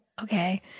okay